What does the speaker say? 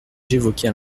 j’évoquais